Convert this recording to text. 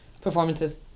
performances